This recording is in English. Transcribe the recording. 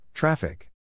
Traffic